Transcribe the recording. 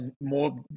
more